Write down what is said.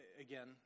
Again